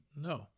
No